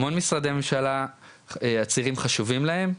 המון משרדי ממשלה הצעירים חשובים להם.